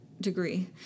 degree